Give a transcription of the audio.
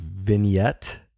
vignette